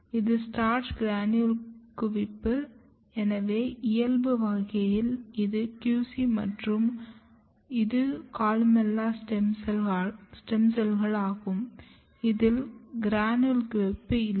இது starch granule குவிப்பு எனவே இயல்பு வகையில் இது QC மற்றும் இது கொலுமெல்லா ஸ்டெம் செல்கள் ஆகும் இதில் கிரானுல் குவிப்பு இல்லை